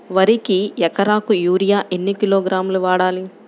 వరికి ఎకరాకు యూరియా ఎన్ని కిలోగ్రాములు వాడాలి?